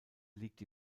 liegt